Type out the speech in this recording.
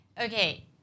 Okay